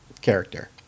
character